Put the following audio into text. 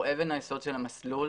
הוא אבן היסוד של המסלול.